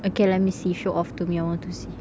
okay let me see show off to me I want to see